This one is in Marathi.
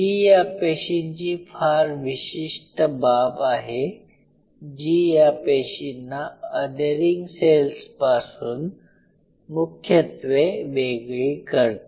ही या पेशींची फार विशिष्ट बाब आहेजी या पेशींना अधेरिंग सेल्सपासून मुख्यत्वे वेगळी करते